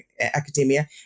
academia